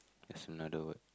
that's another word